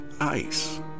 ice